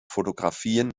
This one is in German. fotografien